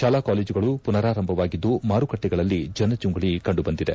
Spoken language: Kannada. ಶಾಲಾ ಕಾಲೇಜುಗಳು ಮನರಾರಂಭವಾಗಿದ್ದು ಮಾರುಕಟ್ಟೆಗಳಲ್ಲಿ ಜನಜಂಗುಳಿ ಕಂಡುಬಂದಿದೆ